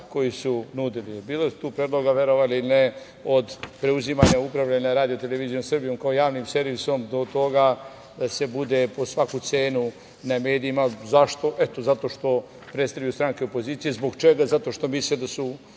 koji su nudili. Bilo je tu predloga, verovali ili ne, od preuzimanja upravljanja RTS-om kao javnim servisom do toga da se bude po svaku cenu na medijima. Zašto? Eto, zato što predstavljaju stranke opozicije. Zbog čega? Zato što misle da imaju